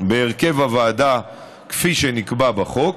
בהרכב הוועדה כפי שנקבע בחוק,